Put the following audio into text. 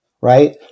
right